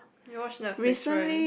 you watch Netflix when